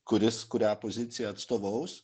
kuris kurią poziciją atstovaus